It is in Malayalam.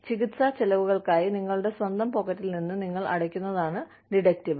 ചികിത്സാ ചെലവുകൾക്കായി നിങ്ങളുടെ സ്വന്തം പോക്കറ്റിൽ നിന്ന് നിങ്ങൾ അടയ്ക്കുന്നതാണ് ഡിഡക്റ്റബിൾ